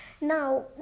now